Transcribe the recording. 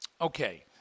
okay